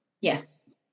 Yes